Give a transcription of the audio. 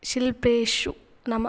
शिल्पेषु नाम